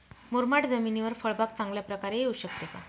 मुरमाड जमिनीवर फळबाग चांगल्या प्रकारे येऊ शकते का?